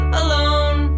alone